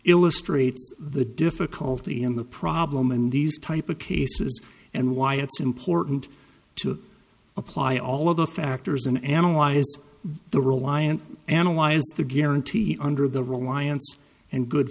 illustrates the difficulty in the problem and these type of cases and why it's important to apply all of the factors and analyze the reliant analyze the guarantee under the reliance and good